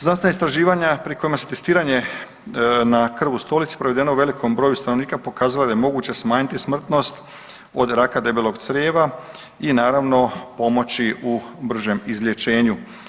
Znanstvena istraživanja pri kome se testiranje na krv u stolici provedeno u velikom broju stanovnika pokazala je da je moguće smanjiti smrtnost od raka debelog crijeva i naravno pomoći u bržem izlječenju.